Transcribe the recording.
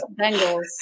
Bengals